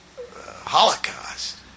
Holocaust